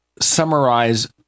summarize